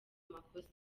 makosa